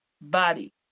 body